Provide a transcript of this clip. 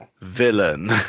Villain